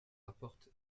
rapporte